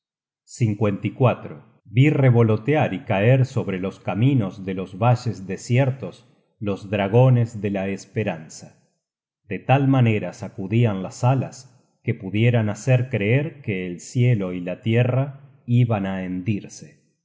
montones cual mosquitos vi revolotear y caer sobre los caminos de los valles desiertos los dragones de la esperanza de tal manera sacudian las alas que pudieran hacer creer que el cielo y la tierra iban á